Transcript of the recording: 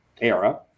era